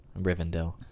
Rivendell